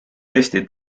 eesti